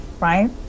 right